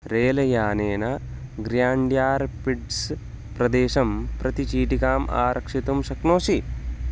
रेलयानेन Grand Rapids प्रदेशं प्रति चीटिकाम् आरक्षितुं शक्नोषि